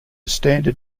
standard